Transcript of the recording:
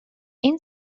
این